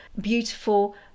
beautiful